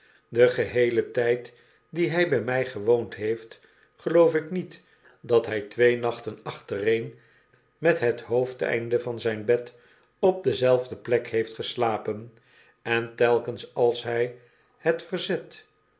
den geheelen tijd di'en hij bij mij gewoond heeft geloof ikniet dat hij twee nachten achtereen met hethoofdeinde van zijn bed op dezelfde plek heeft geslapen en telkens als hij het verzet